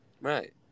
Right